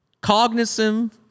cognizant